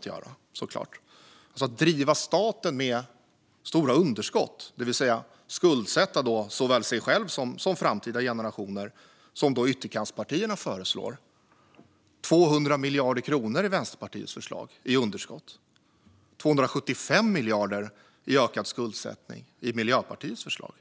Ytterkantspartierna vill driva staten med underskott och skuldsätta såväl sig själva som framtida generationer. Det handlar om 200 miljarder i ökad skuldsättning i Vänsterpartiets förslag, och 275 miljarder i Miljöpartiets förslag,